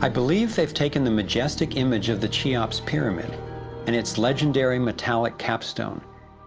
i believe they've taken the majestic image of the cheops pyramid and it's legendary metallic capstone